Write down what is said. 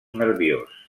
nerviós